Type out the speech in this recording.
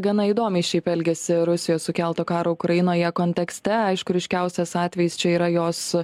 gana įdomiai šiaip elgiasi rusijos sukelto karo ukrainoje kontekste aišku ryškiausias atvejis čia yra jos